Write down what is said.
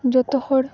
ᱡᱚᱛᱚ ᱦᱚᱲ